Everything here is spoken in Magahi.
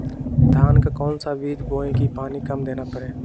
धान का कौन सा बीज बोय की पानी कम देना परे?